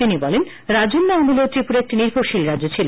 তিনি বলেন রাজন্য আমলেও ত্রিপুরা একটি নির্ভরশীল রাজ্য ছিল